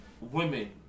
Women